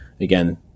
again